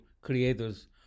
creators